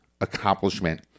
accomplishment